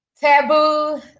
Taboo